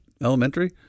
elementary